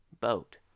boat